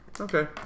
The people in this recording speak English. Okay